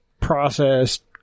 processed